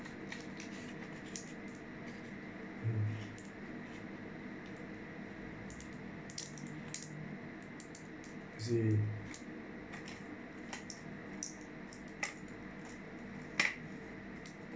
I see